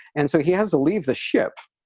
and so he has to leave the ship.